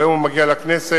והיום הוא מגיע לכנסת